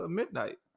midnight